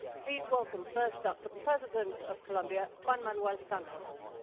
please welcome, first up, the president of colombia, juan manuel santos.